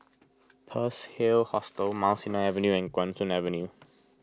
Pearl's Hill Hostel Mount Sinai Avenue and Guan Soon Avenue